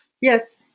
Yes